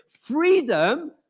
freedom